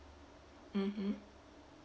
mmhmm